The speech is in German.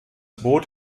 boot